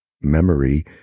memory